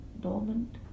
dormant